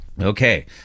Okay